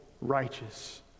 righteous